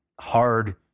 hard